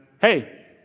Hey